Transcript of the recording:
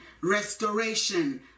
restoration